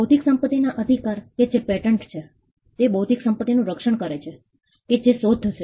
બૌદ્ધિક સંપત્તિના અધિકાર કે જે પેટન્ટ છે તે બૌદ્ધિક સંપત્તિનું રક્ષણ કરે છે કે જે શોધ છે